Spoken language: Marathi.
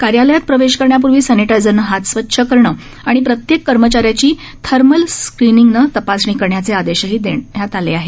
कार्यालयात प्रवेश करण्यापूर्वी सॅनिटायझरने हात स्वच्छ करणे आणि प्रत्येक कर्मचाऱ्याची थर्मल स्कॅनरने तपासणी करण्याचे आदेशही देण्यात आले आहेत